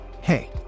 Hey